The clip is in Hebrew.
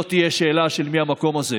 לא תהיה שאלה של מי המקום הזה.